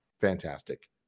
fantastic